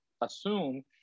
assume